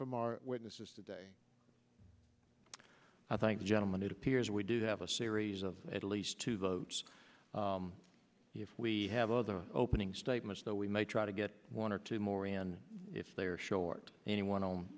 from our witnesses today i thank the gentleman it appears we do have a series of at least two votes if we have other opening statements that we may try to get one or two more and if they are short any one on